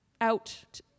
out